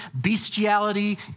bestiality